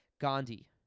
Gandhi